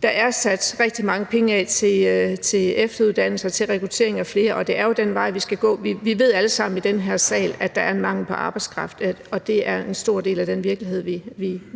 blevet sat rigtig mange penge af til efteruddannelse og rekruttering af flere, og det er jo den vej, vi skal gå. Vi ved alle sammen i den her sal, at der er en mangel på arbejdskraft, og det er en stor del af den virkelighed,